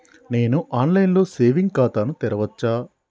నేను online లో saving ఖాతా ను తెరవచ్చా?